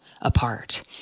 apart